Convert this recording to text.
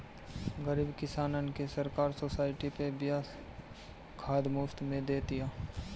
गरीब किसानन के सरकार सोसाइटी पे बिया खाद मुफ्त में दे तिया